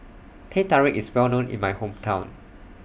Teh Tarik IS Well known in My Hometown